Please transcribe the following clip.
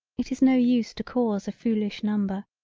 it is no use to cause a foolish number.